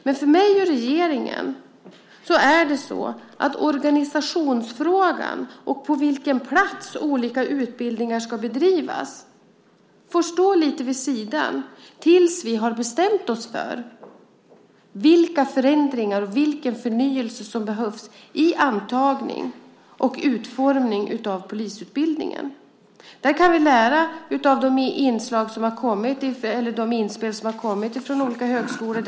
Men för mig och regeringen får organisationsfrågan och frågan om på vilken plats olika utbildningar ska bedrivas stå lite vid sidan av tills vi har bestämt oss för vilka förändringar och vilken förnyelse som behövs när det gäller antagning och utformning av polisutbildningen. Där kan vi lära av de inspel som har kommit från olika högskolor.